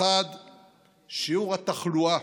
שיעור התחלואה